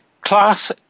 class